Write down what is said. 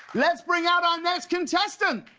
let's bring out our next contestant!